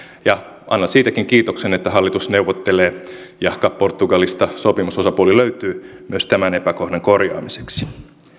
ja annan siitäkin kiitoksen että hallitus neuvottelee jahka portugalista sopimusosapuoli löytyy myös tämän epäkohdan korjaamiseksi